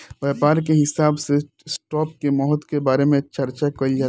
व्यापार के हिसाब से स्टॉप के महत्व के बारे में चार्चा कईल जाला